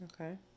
Okay